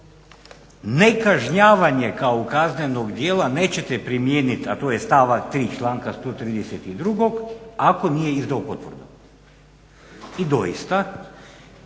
nekažnjavanje kao kaznenog djela nećete primijeniti, a to je stavak 3. članka 132., ako nije izdao potvrdu. I doista,